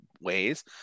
ways